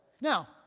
Now